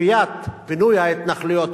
וכפיית פינוי ההתנחלויות,